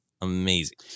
amazing